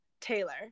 Taylor